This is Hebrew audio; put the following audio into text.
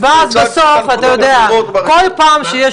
אפילו הצעתי --- ואז בסוף כל פעם שיש